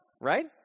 Right